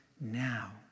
now